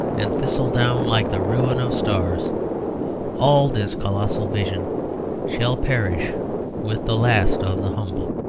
and thistledown like the ruin of stars all this colossal vision shall perish with the last of the humble.